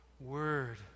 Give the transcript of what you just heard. word